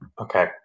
Okay